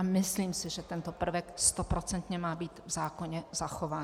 Myslím si, že tento prvek stoprocentně má být v zákoně zachován.